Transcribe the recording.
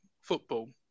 football